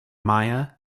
maya